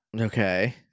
Okay